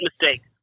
mistakes